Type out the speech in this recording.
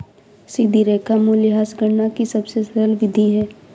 सीधी रेखा मूल्यह्रास गणना की सबसे सरल विधि है